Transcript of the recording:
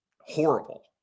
horrible